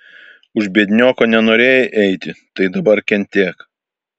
už biednioko nenorėjai eiti tai dabar kentėk